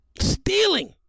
Stealing